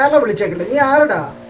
um over the gentleman yeah ah and